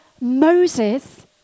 Moses